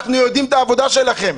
אנחנו יודעים את העבודה שלכם,